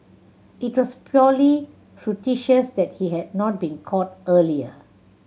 it trust purely fortuitous that he had not been caught earlier